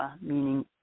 meaning